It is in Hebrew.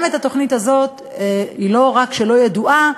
גם התוכנית הזאת, לא רק שהיא לא ידועה,